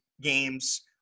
games